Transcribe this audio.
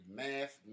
math